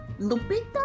Lupita